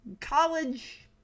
college